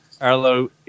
Arlo